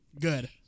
Good